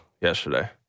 yesterday